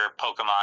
Pokemon